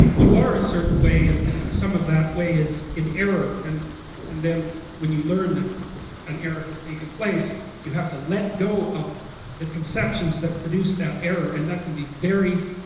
you are a certain way and some of that way is an error and and then when you learn that an error has taken place, you have to let go of the conceptions that produced that error, and that could be very,